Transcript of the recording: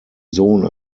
sohn